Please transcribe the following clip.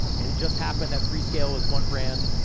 and it just happened, that freescale was one brand,